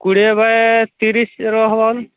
କୋଡ଼ିଏ ବା ଏ ତିରିଶର ହେବ ବି